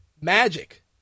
magic